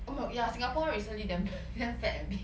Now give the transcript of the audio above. oh m~ ya Singapore one recently damn damn fat and big